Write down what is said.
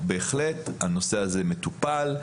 בהחלט הנושא הזה מטופל,